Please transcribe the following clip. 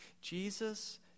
Jesus